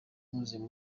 buzuye